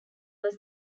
was